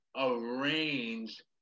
arrange